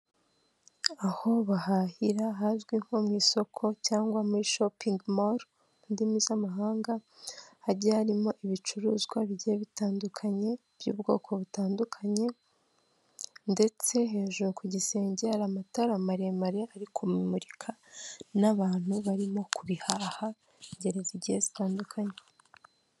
Aho bahahira hazwi nko mu isoko cyangwa muri shopingi moru mu ndimi z'amahanga, hagiye harimo ibicuruzwa bigiye bitandukanye, by'ubwoko butandukanye ndetse hejuru ku gisenge hari amatara maremare ari kubimurika, n'abantu barimo kubihaha b'ingeri zigiye zitandukanye.